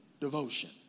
devotion